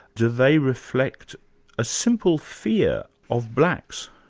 do they reflect a simple fear of blacks?